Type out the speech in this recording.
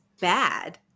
bad